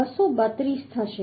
232 થશે